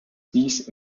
these